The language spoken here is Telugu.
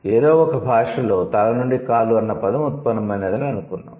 ఏదో ఒక భాషలో తల నుండి కాలు అన్న పదం ఉత్పన్నమైనదని అనుకుందాం